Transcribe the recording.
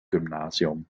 gymnasium